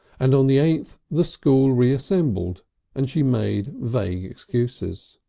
and on the eighth the school reassembled and she made vague excuses.